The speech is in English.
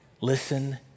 Listen